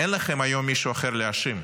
אין לכם היום מישהו אחר להאשים.